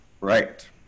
right